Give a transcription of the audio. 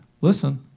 listen